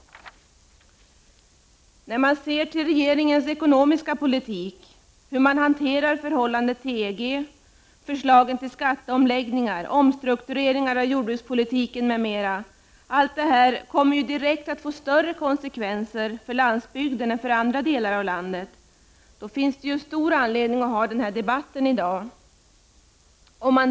När man ser till regeringens ekonomiska politik, hur man hanterar förhållandet till EG, förslagen till skatteomläggningar, omstruktureringen av jordbrukspolitiken m.m. — allt detta kommer direkt att få större konsekvenser för landsbygden än för andra delar av landet — så finns det stor anledning att ha denna debatt i dag.